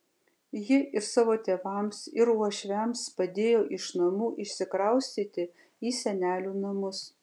ji ir savo tėvams ir uošviams padėjo iš namų išsikraustyti į senelių namus